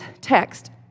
text